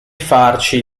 farci